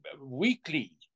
weekly